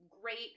great